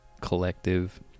collective